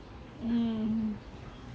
mm